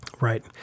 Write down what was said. Right